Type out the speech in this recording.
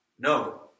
No